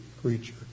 creature